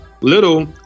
little